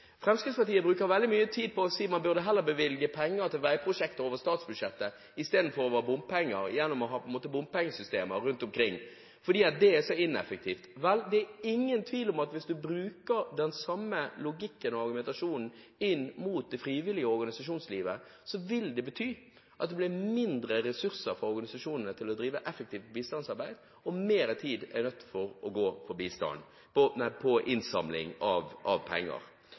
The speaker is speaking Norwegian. Fremskrittspartiet bruker veldig mye tid på å si at man heller bør bevilge penger til veiprosjekter over statsbudsjettet enn gjennom bompengesystemer rundt omkring, for det er så ineffektivt. Det er ingen tvil om at hvis du bruker den samme logikken eller argumentasjonen inn mot det frivillige organisasjonslivet, vil det bety at det blir mindre ressurser for organisasjonene til å drive effektivt bistandsarbeid, og mer tid er nødt til å gå til innsamling av penger.